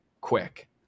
quick